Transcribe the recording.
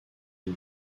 une